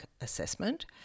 assessment